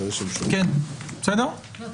הישיבה ננעלה בשעה 15:50.